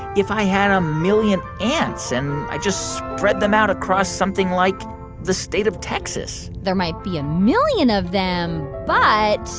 if i had a million ants and i just spread them out across something like the state of texas. there might be a million of them, but.